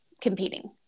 competing